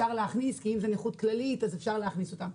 כי אם זה נכות כללית אז אפשר להכניס אותם,